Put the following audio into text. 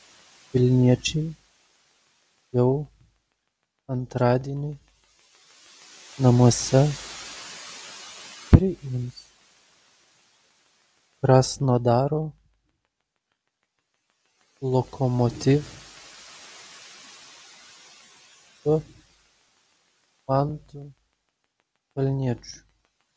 vilniečiai jau antradienį namuose priims krasnodaro lokomotiv su mantu kalniečiu